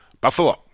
Buffalo